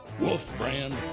Wolfbrand